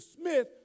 Smith